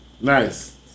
Nice